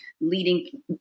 leading